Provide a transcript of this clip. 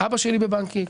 אבא שלי בבנק X,